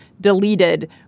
deleted